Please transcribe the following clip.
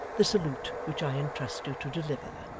the salute which i entrust you to deliver.